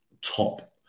top